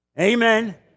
Amen